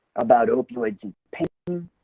about opioid and pain,